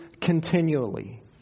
continually